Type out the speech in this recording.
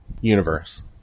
universe